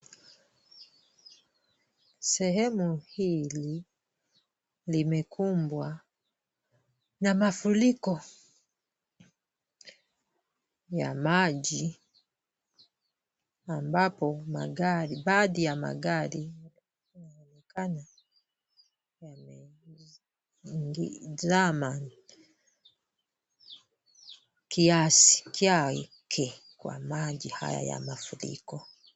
Sehemu hili limekumbwa na mafuriko ya maji ambapo baadhi ya magari yanaonekana yamezama kiasi chake kwa maji haya ya mafuriko.